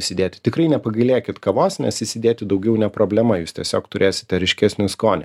įsidėti tikrai nepagailėkit kavos nes įsidėti daugiau ne problema jūs tiesiog turėsite ryškesnį skonį